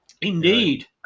Indeed